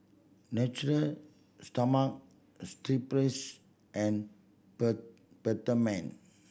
Natura Stoma strip place and per Peptamen